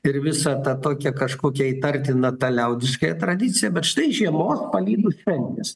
ir visą tą tokią kažkokią įtartiną tą liaudiškąją tradiciją bet štai žiemos palydų šventės